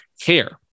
care